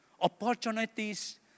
Opportunities